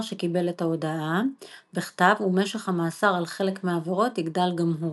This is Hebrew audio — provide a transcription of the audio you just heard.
שקיבל את ההודעה בכתב ומשך המאסר על חלק מהעבירות יגדל גם הוא.